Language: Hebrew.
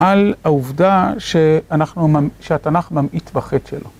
על העובדה שאנחנו שהתנ״ך ממעיט בחטא שלו.